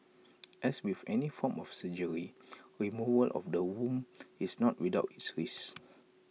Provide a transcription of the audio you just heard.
as with any form of surgery removal of the womb is not without its risks